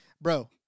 bro